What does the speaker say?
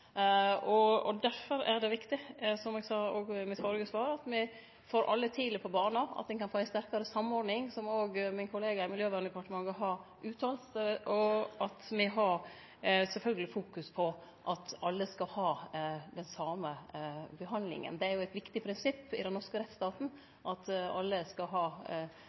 eg òg sa i mitt førre svar – at me får alle tidleg på bana, slik at me kan få ei sterkare samordning, som òg min kollega i Miljøverndepartementet har uttalt, og at me sjølvsagt har fokus på at alle skal ha den same behandlinga. Det er eit viktig prinsipp i den norske rettsstaten at alle skal ha